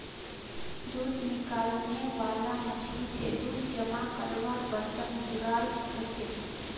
दूध निकालनेवाला मशीन से दूध जमा कारवार बर्तन जुराल होचे